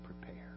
prepare